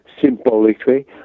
symbolically